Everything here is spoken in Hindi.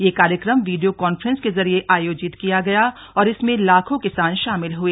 यह कार्यक्रम वीडियो कॉन्फ्रेंस के जरिये आयोजित किया गया और इसमें लाखों किसान शामिल हुए